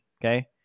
okay